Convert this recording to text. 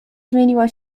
zmieniła